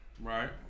Right